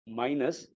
minus